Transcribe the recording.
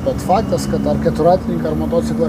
bet faktas kad ar keturratininką ar motociklą